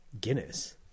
Guinness